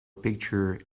picture